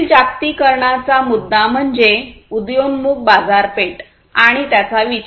पुढील जागतिकीकरणाचा मुद्दा म्हणजे उदयोन्मुख बाजारपेठ आणि त्याचा विचार